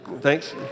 Thanks